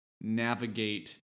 navigate